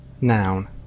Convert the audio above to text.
Noun